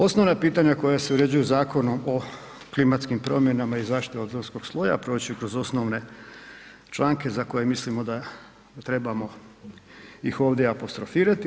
Osnovna pitanja koja se uređuju Zakonom o klimatskim promjenama i zaštiti ozonskog sloja proći ću kroz osnovne članke za koje mislimo da trebamo ih ovdje apostrofirati.